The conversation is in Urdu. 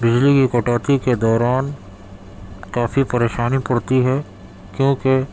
بجلی کی کٹوتی کے دوران کافی پریشانی پڑتی ہے کیوں کہ